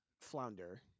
Flounder